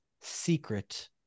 secret